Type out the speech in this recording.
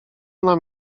nam